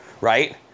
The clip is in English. right